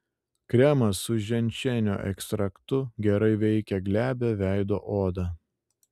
kremas su ženšenio ekstraktu gerai veikia glebią veido odą